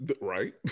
Right